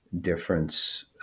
difference